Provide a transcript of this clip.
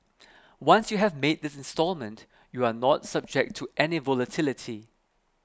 once you have made the instalment you are not subject to any volatility